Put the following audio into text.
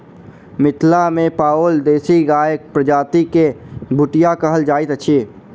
मिथिला मे पाओल देशी गायक प्रजाति के भुटिया कहल जाइत छै